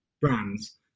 brands